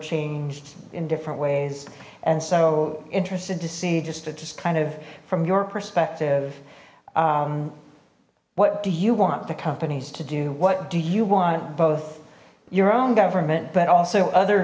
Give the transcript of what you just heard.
changed in different ways and so interested to see just just kind of from your perspective what do you want the companies to do what do you want both your own government but also other